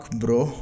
bro